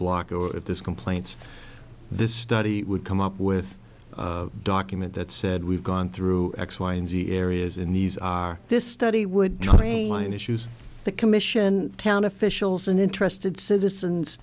block oh if this complaint this study would come up with a document that said we've gone through x y and z areas in these are this study would drain line issues the commission town officials and interested citizens